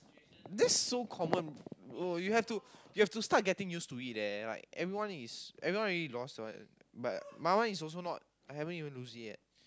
that's so common bro you have to you have to start getting used to it leh like everyone already lost what but my one is not I haven't even lose it yet